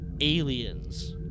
Aliens